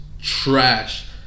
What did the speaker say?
trash